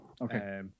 Okay